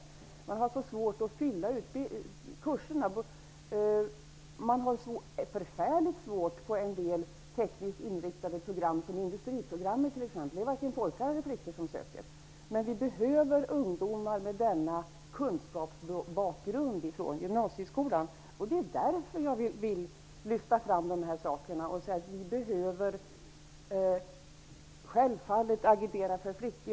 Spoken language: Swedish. På en del tekniskt inriktade program, exempelvis industriprogrammet, är det förfärligt svårt att fylla kursplatserna. Det är varken pojkar eller flickor som söker. Men det behövs ungdomar med denna kunskapsbakgrund från gymnasieskolan. Därför vill jag lyfta fram dessa saker och säga att vi självfallet behöver agitera för flickor som söker.